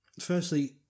firstly